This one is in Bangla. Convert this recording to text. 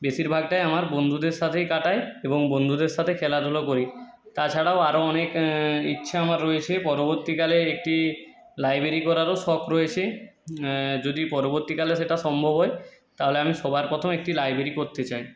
বেশিরভাগটাই আমার বন্ধুদের সাথেই কাটাই এবং বন্ধুদের সাথে খেলাধুলো করি তাছাড়াও আরো অনেক ইচ্ছা আমার রয়েছে পরবর্তীকালে একটি লাইব্রেরি করারও শখ রয়েছে যদি পরবর্তীকালে সেটা সম্ভব হয় তাহলে আমি সবার প্রথমে একটি লাইব্রেরি করতে চাই